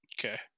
Okay